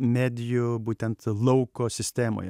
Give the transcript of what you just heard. medijų būtent lauko sistemoje